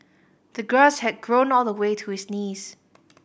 the grass had grown all the way to his knees